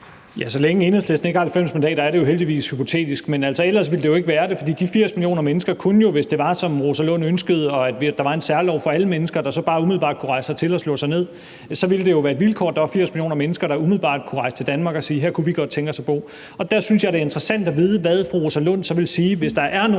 så længe Enhedslisten ikke har 90 mandater, er det jo heldigvis hypotetisk, men ellers ville det jo ikke være det. For de 80 millioner mennesker kunne jo, hvis det var sådan, som fru Rosa Lund ønskede det, nemlig at der var en særlov for alle mennesker, så de bare umiddelbart kunne rejse hertil og slå sig ned, så ville det jo være et vilkår, at der var 80 millioner mennesker, der umiddelbart kunne rejse til Danmark og sige: Her kunne vi godt tænke os at bo. Og der synes jeg, det er interessant at vide, hvad fru Rosa Lund ville sige, hvis der overhovedet